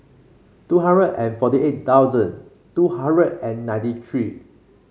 two hundred and forty eight thousand two hundred and ninety three